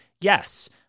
yes